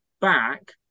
back